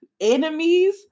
enemies